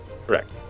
Correct